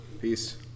Peace